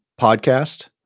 podcast